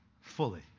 Fully